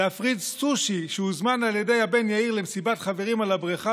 להפריד סושי שהוזמן על ידי הבן יאיר למסיבת חברים על הבריכה